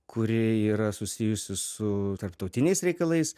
kuri yra susijusi su tarptautiniais reikalais